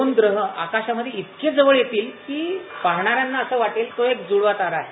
दोन ग्रह आकाशामध्ये इतके जवळ येतील की पाहणाऱ्याना असे वाटेल तो एक जूडवा तारा आहे